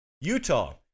Utah